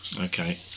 Okay